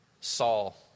Saul